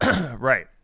Right